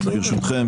ברשותכם,